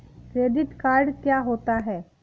Credit card क्या होता है?